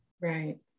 Right